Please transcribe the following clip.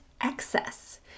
excess